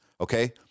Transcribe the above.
okay